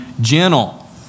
gentle